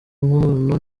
nk’umuntu